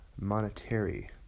monetary